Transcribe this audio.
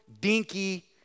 dinky